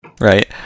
right